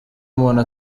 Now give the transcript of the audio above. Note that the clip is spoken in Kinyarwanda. umuntu